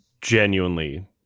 genuinely